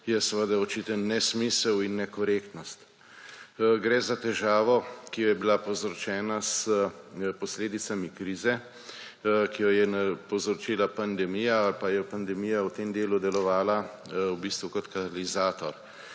je seveda očiten nesmisel in nekorektnost. Gre za težavo, ki je bila povzročena s posledicami krize, ki jo je povzročila pandemija ali pa je pandemija v tem delu delovala v bistvu kot katalizator.